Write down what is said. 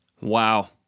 Wow